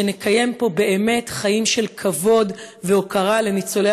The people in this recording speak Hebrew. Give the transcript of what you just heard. שנקיים פה באמת חיים של כבוד והוקרה לניצולי